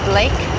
Blake